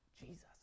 Jesus